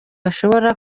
ashobora